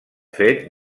fet